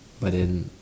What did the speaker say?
but then